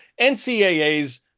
NCAAs